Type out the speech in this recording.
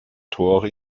tore